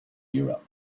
europe